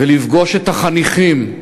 ולפגוש את החניכים,